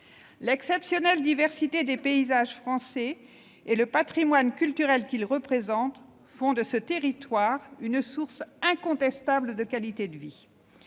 L'exceptionnelle diversité des paysages français et le patrimoine culturel qu'ils représentent font de ces territoires une source incontestable de qualité de vie.